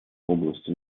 области